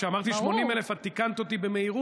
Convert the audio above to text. כשאני אמרתי 80,000 את תיקנת אותי במהירות,